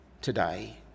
today